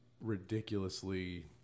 ridiculously